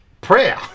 prayer